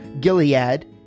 Gilead